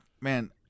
Man